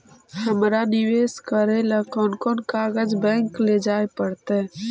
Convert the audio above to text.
हमरा निवेश करे ल कोन कोन कागज बैक लेजाइ पड़तै?